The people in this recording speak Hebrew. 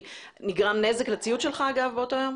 נגרם נזק לציוד שלך אגב באותו יום?